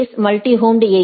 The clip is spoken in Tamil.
S multi home A